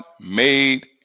made